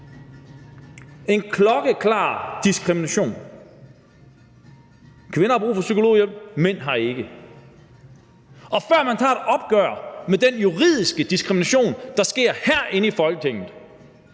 En klokkeklar diskrimination: Kvinder har brug for psykologhjælp, mænd har ikke. Før man tager et opgør med den juridiske diskrimination, der sker herinde i Folketinget,